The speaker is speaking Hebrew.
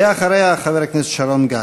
ואחריה חבר הכנסת שרון גל.